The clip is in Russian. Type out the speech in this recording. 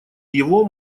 его